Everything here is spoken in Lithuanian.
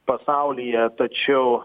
pasaulyje tačiau